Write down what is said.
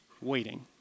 waiting